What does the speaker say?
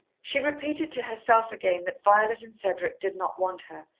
she repeated to herself again that violet and cedric did not want her,